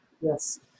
Yes